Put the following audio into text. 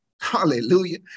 hallelujah